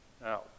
Now